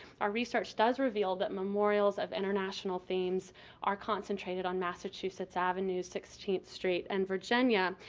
our research does reveal that memorials of international themes are concentrated on massachusetts avenue, sixteenth street and virginia.